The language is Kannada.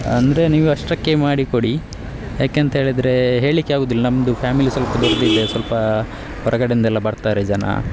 ಅಂದರೆ ನೀವು ಅಷ್ಟಕ್ಕೆ ಮಾಡಿ ಕೊಡಿ ಯಾಕೆ ಅಂತ ಹೇಳಿದರೆ ಹೇಳಲಿಕ್ಕೆ ಆಗುದಿಲ್ಲ ನಮ್ಮದು ಫ್ಯಾಮಿಲಿ ಸ್ವಲ್ಪ ದೊಡ್ಡದಿದೆ ಸ್ವಲ್ಪ ಹೊರಗಡೆಯಿಂದೆಲ್ಲ ಬರ್ತಾರೆ ಜನ